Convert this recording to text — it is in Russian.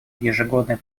ежегодной